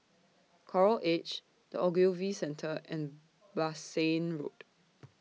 Coral Edge The Ogilvy Centre and Bassein Road